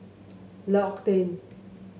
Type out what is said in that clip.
L'Occitane